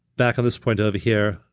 back on this point over here,